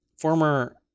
former